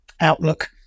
outlook